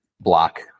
block